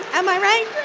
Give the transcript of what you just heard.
am i right?